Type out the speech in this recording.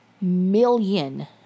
million